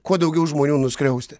kuo daugiau žmonių nuskriausti